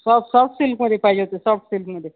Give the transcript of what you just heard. soft soft सिल्कमध्ये पाहिजे होत्या सॉफ्ट सिल्कमध्ये